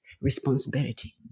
responsibility